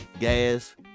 gas